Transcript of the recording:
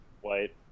White